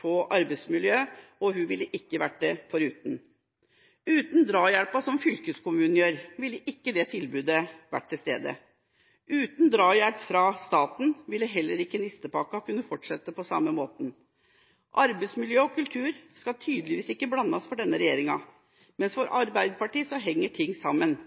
på arbeidsmiljøet – og hun ville ikke vært det foruten. Uten drahjelp fra fylkeskommunen ville ikke det tilbudet vært til stede. Uten drahjelp fra staten ville heller ikke Nistepakka kunne fortsette på samme måten. Arbeidsmiljø og kultur skal tydeligvis ikke blandes for denne regjerninga, mens for Arbeiderpartiet henger ting sammen.